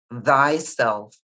thyself